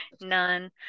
none